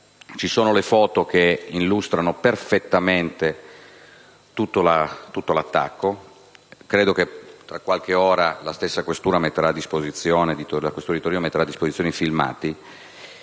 Ci sono le foto che illustrano perfettamente tutto l'attacco e credo che tra qualche ora la stessa questura di Torino metterà a disposizione i filmati.